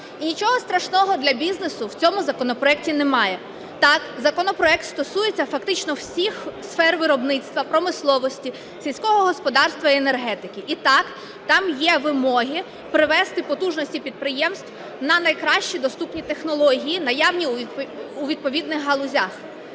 І нічого страшного для бізнесу в цьому законопроекті немає. Так, законопроект стосується фактично всіх сфер виробництва: промисловості, сільського господарства і енергетики. І, так, там є вимоги перевести потужності підприємств на найкращі доступні технології, наявні у відповідних галузях,